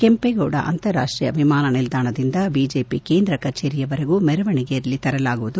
ಕೆಂಪೇಗೌಡ ಅಂತಾರಾಷ್ಟೀಯ ವಿಮಾನ ನಿಲ್ದಾಣದಿಂದ ವಿಜೆಪಿ ಕೇಂದ್ರ ಕಚೇರಿಯವರೆಗೂ ಮೆರವಣಿಗೆಯಲ್ಲಿ ತರಲಾಗುವುದು